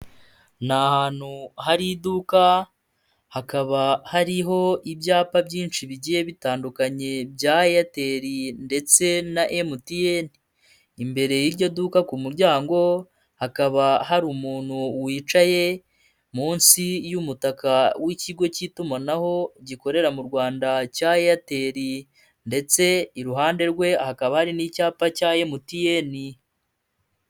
Ni ahantu hari iduka hakaba hari ibyapa byinshi bigiye bitandukanye bya Airtel ndetse na MTN, imbere y'iryo duka ku muryango hakaba hari umuntu wicaye munsi y'umutaka w'ikigo cy'itumanaho gikorera mu Rwanda cya Airtel ndetse iruhande rwe hakaba hari n'icyapa cya MTN.